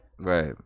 Right